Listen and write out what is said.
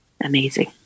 amazing